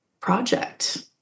project